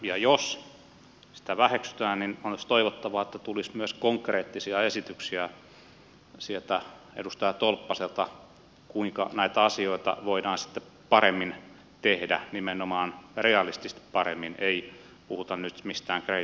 ja jos sitä väheksytään olisi toivottavaa että tulisi myös konkreettisia esityksiä sieltä edustaja tolppaselta kuinka näitä asioita voidaan sitten paremmin tehdä nimenomaan realistisesti paremmin ei puhuta nyt mistään kreikan takuista